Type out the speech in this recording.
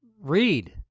read